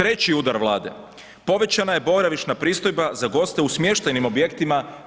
3. udar Vlade, povećana je boravišna pristojba za goste u smještajnim objektima 25%